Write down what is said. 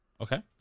Okay